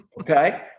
Okay